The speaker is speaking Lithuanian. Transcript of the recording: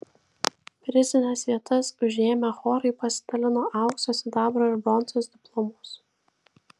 prizines vietas užėmę chorai pasidalino aukso sidabro ir bronzos diplomus